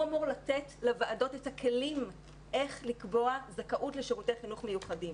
הוא אמור לתת לוועדות את הכלים כיצד לקבוע זכאות לשירותי חינוך מיוחדים.